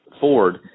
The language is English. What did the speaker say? Ford